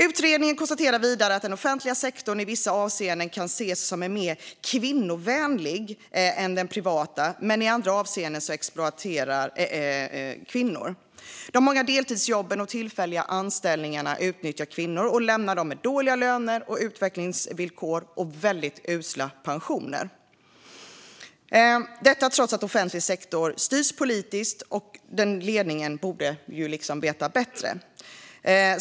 Utredningen konstaterar vidare att den offentliga sektorn i vissa avseenden kan ses som mer kvinnovänlig än den privata, men i andra avseenden exploateras kvinnor. De många deltidsjobben och tillfälliga anställningarna gör att kvinnor utnyttjas och lämnas med dåliga löner och utvecklingsvillkor och väldigt usla pensioner, detta trots att offentlig sektor styrs politiskt och ledningen borde veta bättre. Herr talman!